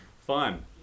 fun